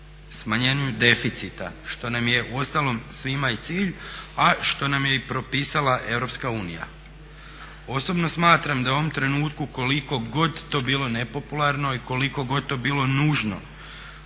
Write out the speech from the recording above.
smanjenju deficita što nam je uostalom svima i cilj, a što nam je i propisala Europska unija. Osobno smatram da u ovom trenutku koliko god to bilo nepopularno i koliko god to bilo nužno